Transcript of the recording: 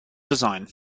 design